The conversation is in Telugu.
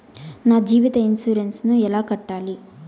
నా జీవిత ఇన్సూరెన్సు ఎలా కట్టాలి?